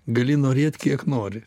gali norėt kiek nori